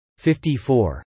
54